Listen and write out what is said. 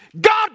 God